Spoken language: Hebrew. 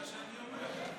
זה מה שאני אומר.